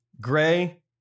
Gray